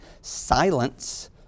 silence